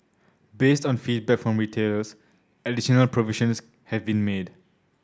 based on feedback from retailers additional provisions have been made